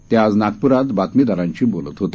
ते आज नागप्रात बातमीदारांशी बोलत होते